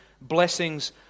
blessings